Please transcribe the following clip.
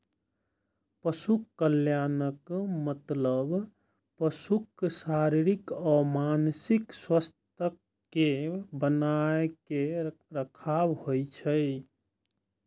पशु कल्याणक मतलब पशुक शारीरिक आ मानसिक स्वास्थ्यक कें बनाके राखब होइ छै